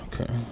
okay